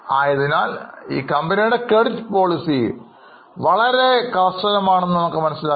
ആയതിനാൽ അവരുടെ credit policy വളരെ കർശനം ആണെന്ന് നമുക്ക് മനസ്സിലാക്കാം